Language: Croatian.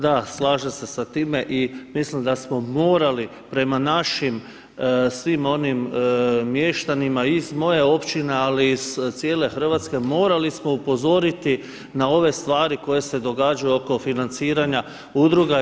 Da, slažem se sa time i mislim da smo morali prema našim svim onim mještanima iz moje općine, ali i iz cijele Hrvatske morali smo upozoriti na ove stvari koje se događaju oko financiranja udruga.